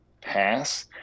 pass